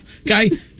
Okay